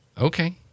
Okay